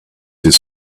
his